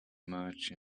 merge